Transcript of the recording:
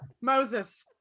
Moses